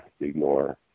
ignore